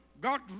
God